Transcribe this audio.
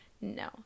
no